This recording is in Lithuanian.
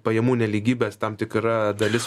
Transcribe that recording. pajamų nelygybės tam tikra dalis